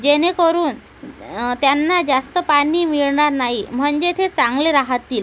जेणेकरून त्यांना जास्त पानी मिळणार नाही म्हणजे ते चांगले राहतील